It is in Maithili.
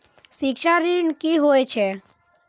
शिक्षा ऋण की होय छै?